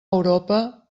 europa